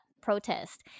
protest